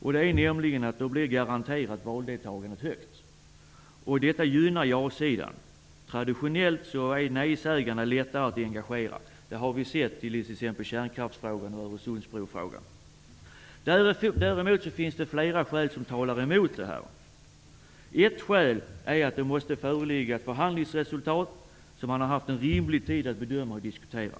Då blir nämligen valdeltagandet garanterat högt. Detta gynnar ja-sidan, eftersom det traditionellt är lättare att engagera nej-sägarna. Det har vi sett i t.ex. kärnkraftsfrågan och frågan om Öresundsbron. Däremot finns det flera skäl som talar emot nämnda tidpunkt. Ett skäl är att det måste föreligga ett förhandlingsresultat som man har haft rimlig tid på sig att bedöma och diskutera.